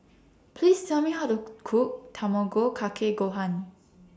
Please Tell Me How to Cook Tamago Kake Gohan